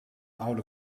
oude